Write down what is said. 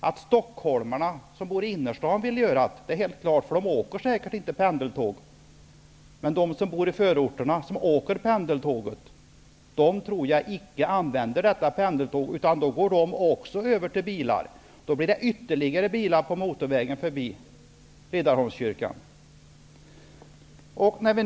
Att stockholmare som bor i innerstaden vill göra det är helt klart, för de åker säkert inte pendeltåg. Men de som bor i förorterna och åker pendeltåg tror jag icke kommer att göra det utan gå över till bilar. Då blir det ytterligare bilar på motorvägen förbi Riddarholmskyrkan.